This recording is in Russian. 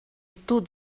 тут